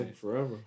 forever